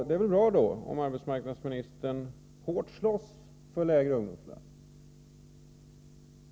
Det är väl bra, om arbetsmarknadsministern slåss hårt för lägre ungdomsarbetslöshet.